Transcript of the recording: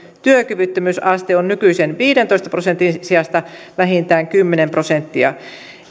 työkyvyttömyysaste on nykyisen viidentoista prosentin sijasta vähintään kymmenen prosenttia